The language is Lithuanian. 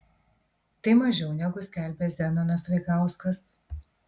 tai mažiau negu skelbė zenonas vaigauskas